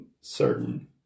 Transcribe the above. certain